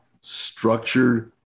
structured